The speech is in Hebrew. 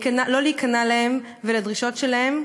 לא להיכנע להן ולדרישות שלהן,